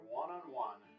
one-on-one